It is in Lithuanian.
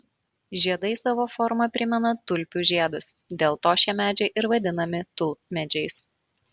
žiedai savo forma primena tulpių žiedus dėl to šie medžiai ir vadinami tulpmedžiais